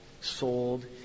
Sold